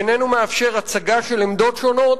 איננו מאפשר הצגה של עמדות שונות,